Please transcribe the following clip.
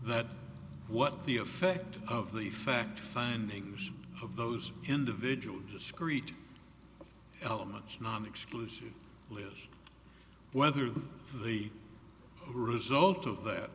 that what the effect of the fact findings of those individual discrete elements non exclusive lives whether the result of that